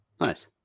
Nice